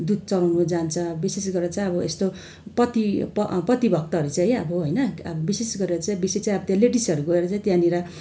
दुध चढाउनु जान्छ विशेष गरेर चाहिँ अब यस्तो पति पतिभक्तहरू चाहिँ अब होइन अब विशेष गरेर चाहिँ बेसी चाहिँ अब त्यहाँ लेडिसहरू गएर चाहिँ त्यहाँनिर